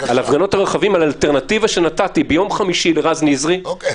נתתי לרז נזרי את זה כאלטרנטיבה ביום חמישי בחצות.